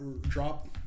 drop